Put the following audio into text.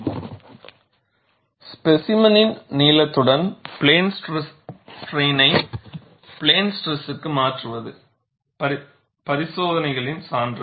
ஸ்பேசிமெனின் நீளத்துடன் பிளேன் ஸ்ட்ரெனை பிளேன் ஸ்ட்ரெஸ்ற்கு மாற்றுவது பரிசோதனைகளின் சான்று